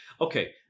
okay